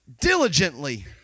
diligently